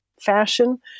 fashion